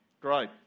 Great